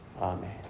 Amen